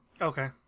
okay